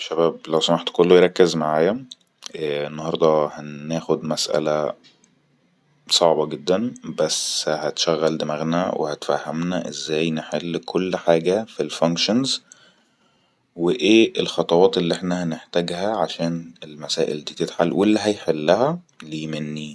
يا شباب لو سمحتم كله يركز معايا انهردة هناخد مسألة صعبة جدان بس هتشغل دماغنا وهتفهمنا ازاي نحل كل حاجه في الفنكشن واي الخطوات التي احنا هنحتاجها عشان المسائل ولي هيحلها لي مني